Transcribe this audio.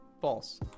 false